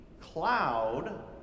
cloud